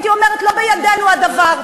הייתי אומרת שלא בידינו הדבר.